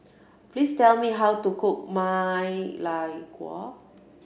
please tell me how to cook Ma Lai Guo